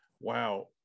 Wow